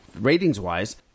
ratings-wise